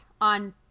on